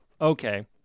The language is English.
okay